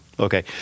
Okay